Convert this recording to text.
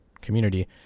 community